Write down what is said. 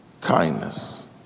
kindness